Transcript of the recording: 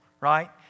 right